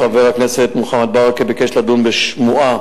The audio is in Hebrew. חבר הכנסת מוחמד ברכה ביקש לדון בשמועה